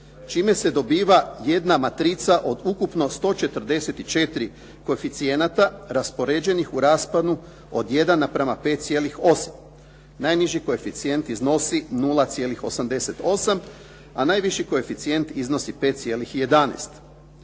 čime se dobiva jedna matrica od ukupno 144 koeficijenata raspoređenih u rasponu od 1 naprama 5,8. Najniži koeficijent iznosi 0,88 a najviši koeficijent iznosi 5,11.